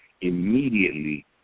immediately